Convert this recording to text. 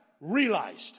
realized